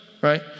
right